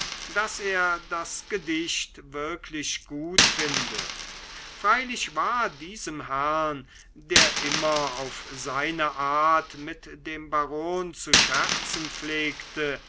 daß er das gedicht wirklich gut finde freilich war diesem herrn der immer auf seine art mit dem baron zu scherzen pflegte